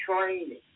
training